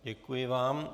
Děkuji vám.